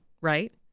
right